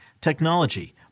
technology